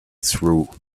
through